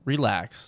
Relax